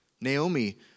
Naomi